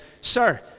Sir